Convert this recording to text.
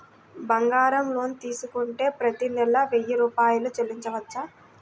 బంగారం లోన్ తీసుకుంటే ప్రతి నెల వెయ్యి రూపాయలు చెల్లించవచ్చా?